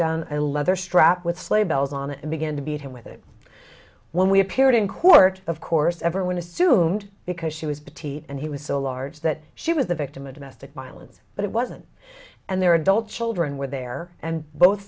down a leather strap with sleigh bells on it and began to beat him with it when we appeared in court of course everyone assumed because she was petite and he was so large that she was the victim of domestic violence but it wasn't and their adult children were there and both